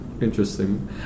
interesting